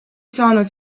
saanud